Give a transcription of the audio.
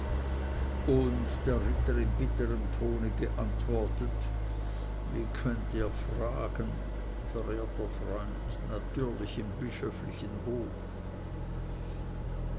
und der ritter in bitterm tone geantwortet wie könnt ihr fragen verehrter freund natürlich im bischöflichen hof